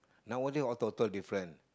nowadays all total different